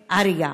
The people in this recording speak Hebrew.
בהריגה.